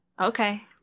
okay